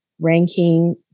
Ranking